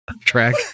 track